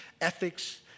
ethics